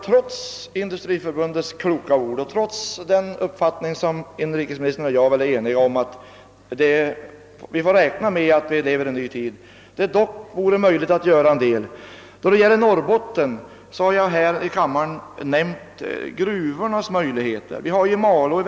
Trots Industriförbundets kloka ord och trots att inrikesministern och jag enats om att vi måste räkna med att vi lever i en ny tid, tror jag ändå att det skulle kunna göras en del insatser. Jag har när det gäller Norrbotten i denna kammare nämnt möjligheterna att utnyttja gruvorna.